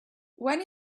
when